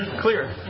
Clear